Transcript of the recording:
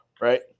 Right